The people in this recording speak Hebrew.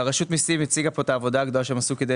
רשות המסים הציגו פה את העבודה הגדולה שהם עשו כדי